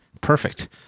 Perfect